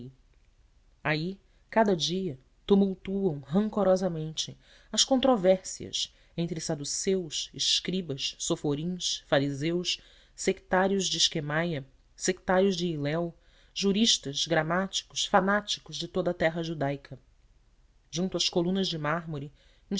aí cada dia tumultuam rancorosamente as controvérsias entre saduceus escribas soforins fariseus sectários de esquemaia sectários de hilel juristas gramáticos fanáticos de toda a terra judaica junto às colunas de mármore